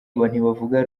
ntibavuga